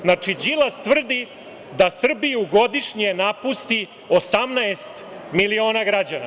Znači, Đilas tvrdi da Srbiju godišnje napusti 18 miliona građana.